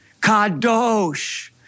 kadosh